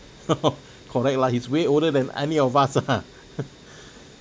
no correct lah he's way older than any of us ah